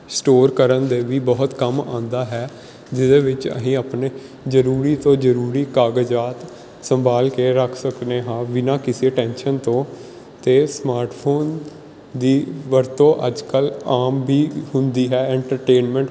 store ਕਰਨ ਦੇ ਵੀ ਬਹੁਤ ਕੰਮ ਆਉਂਦਾ ਹੈ ਜਿਹਦੇ ਵਿੱਚ ਅਸੀਂ ਆਪਣੇ ਜ਼ਰੂਰੀ ਤੋਂ ਜ਼ਰੂਰੀ ਕਾਗਜ਼ਾਤ ਸੰਭਾਲ ਕੇ ਰੱਖ ਸਕਦੇ ਹਾਂ ਬਿਨਾਂ ਕਿਸੇ ਟੈਂਸ਼ਨ ਤੋਂ ਅਤੇ ਸਮਾਰਟਫੋਨ ਦੀ ਵਰਤੋਂ ਅੱਜ ਕੱਲ੍ਹ ਆਮ ਵੀ ਹੁੰਦੀ ਹੈ ਐਨਟਰਟੇਨਮੈਂਟ